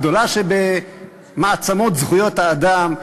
הגדולה שבמעצמות זכויות האדם,